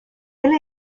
elle